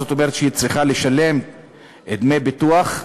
זאת אומרת שהיא צריכה לשלם דמי ביטוח,